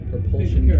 Propulsion